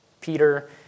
Peter